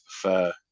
prefer